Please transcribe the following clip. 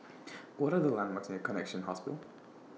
What Are The landmarks near Connexion Hospital